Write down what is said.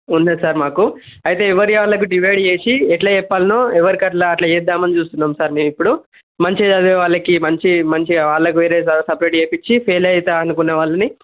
ఉండే సార్ మాకు అయితే ఎవరివి వాళ్ళకి చేసి ఎట్లా చెప్పాలనో ఎవరికి అట్లా అట్లా చేద్దామని చూస్తున్నాము సర్ మేము ఇప్పుడు మంచిగా చదివే వాళ్ళకి మంచి మంచిగా వాళ్ళకి వేరే సెపరేట్ చేపించి ఫెయిల్ అవుతా అనుకునే వాళ్ళని